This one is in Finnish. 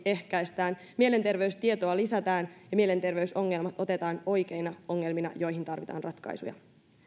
ehkäistään mielenterveystietoa lisätään ja mielenterveysongelmat otetaan oikeina ongelmina joihin tarvitaan ratkaisuja